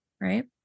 right